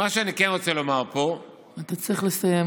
מה שאני כן רוצה לומר פה, אתה צריך לסיים.